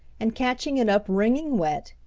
and catching it up, wringing wet,